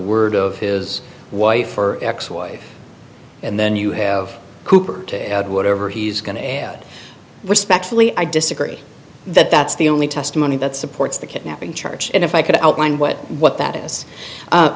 word of his wife or ex wife and then you have cooper to add whatever he's going to add respectfully i disagree that that's the only testimony that supports the kidnapping charge and if i could outline what what that is